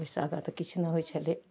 ओहिसँ आगाँ तऽ किछु नहि होइ छलै